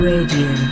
Radio